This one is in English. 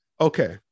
Okay